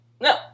no